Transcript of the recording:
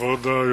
תשובה.